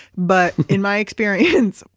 but in my experience,